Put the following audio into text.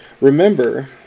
Remember